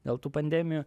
dėl tų pandemijų